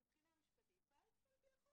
מבחינה משפטית פעלתם כאן לפי החוק.